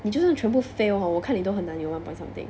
你就是全部 fail hor 我看你都很难有 one point something